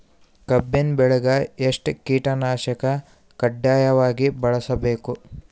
ಕಬ್ಬಿನ್ ಬೆಳಿಗ ಎಷ್ಟ ಕೀಟನಾಶಕ ಕಡ್ಡಾಯವಾಗಿ ಬಳಸಬೇಕು?